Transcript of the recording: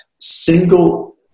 single